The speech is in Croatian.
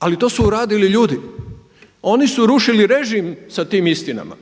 Ali to su radili ljudi. Oni su rušili režim sa tim istinama